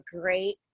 great